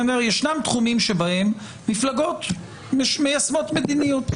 יש תחומים שבהם מפלגות מיישמות מדיניות.